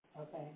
Okay